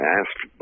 asked